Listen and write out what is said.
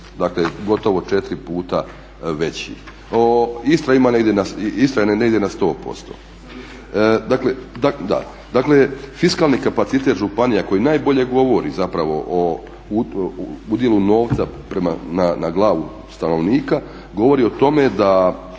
Dakle, gotovo 4 puta veći. Istra ima negdje, Istra je negdje na 100%. Dakle, fiskalni kapacitet županija koji najbolje govori zapravo o udjelu novca na glavu stanovnika govori o tome da